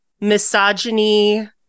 misogyny